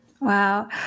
Wow